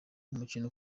umukino